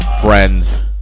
friends